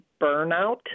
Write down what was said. Burnout